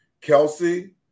Kelsey